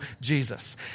Jesus